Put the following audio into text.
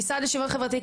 במשרד לשיוויון חברתי,